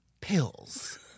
pills